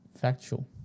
factual